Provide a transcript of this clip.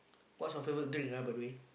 what's your favourite drink ah by the way